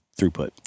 throughput